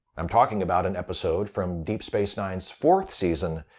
i'm talking about an episode from deep space nine's fourth season,